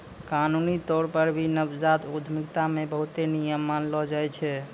कानूनी तौर पर भी नवजात उद्यमिता मे बहुते नियम मानलो जाय छै